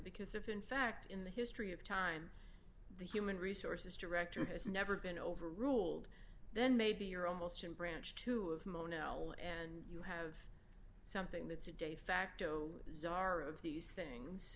because if in fact in the history of time the human resources director has never been overruled then maybe you're almost in branch two of mono and you have something that's a de facto czar of these things